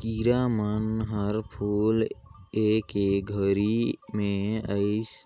किरा मन हर फूल आए के घरी मे अइस